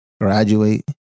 graduate